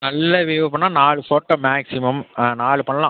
நல்ல வ்யூவ் பண்ணா நாலு ஃபோட்டோ மேக்சிமம் நாலு பண்ணலாம்